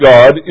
God